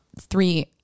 three